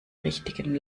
richtigen